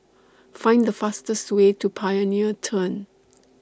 Find The fastest Way to Pioneer Turn